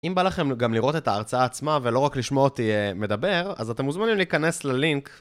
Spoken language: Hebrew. אם בא לכם גם לראות את ההרצאה עצמה ולא רק לשמוע אותי מדבר, אז אתם מוזמנים להיכנס ללינק...